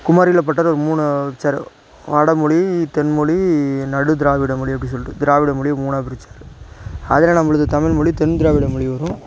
குமாரிலப்பட்டர் மூணு வச்சாரு வடமொழி தென்மொழி நடு திராவிடமொழி அப்படின்னு சொல்லிட்டு திராவிட மொழியை மூணாக பிரிச்சாரு அதில் நம்மளுக்கு தமிழ்மொழி தென்திராவிட மொழி வரும்